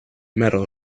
metal